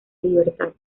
libertad